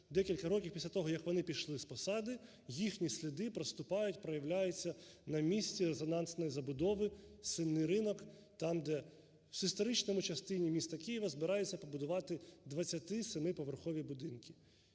декілька років після того, як вони пішли з посади, їхні сліди проступають, проявляються на місці резонансної забудови, Сінний ринок, там, де в історичній частині міста Києва збираються побудувати 27-поверхові будинки.